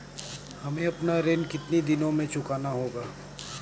हमें अपना ऋण कितनी दिनों में चुकाना होगा?